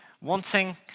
wanting